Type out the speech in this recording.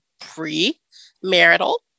pre-marital